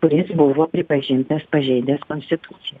kuris buvo pripažintas pažeidęs konstituciją